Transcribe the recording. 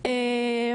הלאה.